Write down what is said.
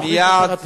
מייד,